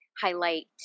highlight